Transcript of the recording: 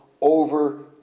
over